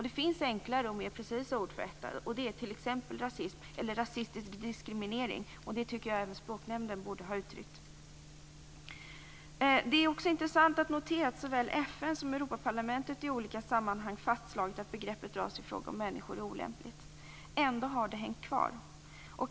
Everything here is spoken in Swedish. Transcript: Det finns enklare och mer precisa ord för detta, t.ex. rasism eller rasistisk diskriminering. Det tycker jag att Språknämnden borde ha uttryckt. Det är också intressant att notera att såväl FN som Europaparlamentet i olika sammanhang fastslagit att begreppet ras i fråga om människor är olämpligt. Ändå har det hängt kvar.